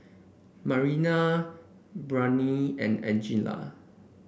Mariana Bryant and Angella